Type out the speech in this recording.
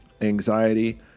anxiety